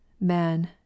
man